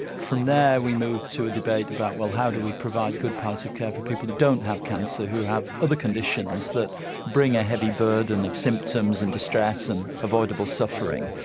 from there, we move to debate about well how do we provide good palliative care for people who don't have cancer, who have other conditions that bring a heavy burden of symptoms and distress and avoidable suffering?